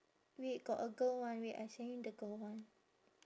wait got a girl one wait I send you the girl one